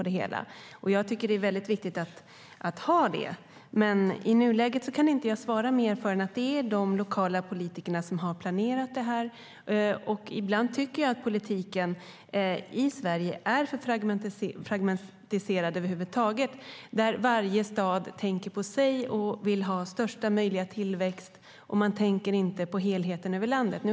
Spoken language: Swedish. Det är viktigt att ha det, men i nuläget kan jag inte svara för mer än att det är de lokala politikerna som har planerat det. Ibland tycker jag att politiken i Sverige är alltför fragmentiserad där varje stad tänker på sig och vill ha största möjliga tillväxt. Man tänker inte på helheten över landet.